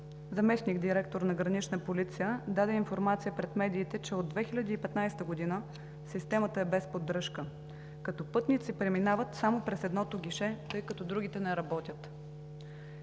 заместник-директор на Гранична полиция, даде информация пред медиите, че от 2015 г. системата е без поддръжка, като пътниците преминават само през едното гише, тъй като другите не работят.